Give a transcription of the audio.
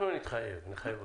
אנחנו נחייב אתכם.